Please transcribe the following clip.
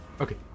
Okay